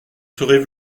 serais